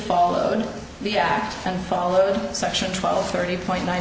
followed the act and followed section twelve thirty point nine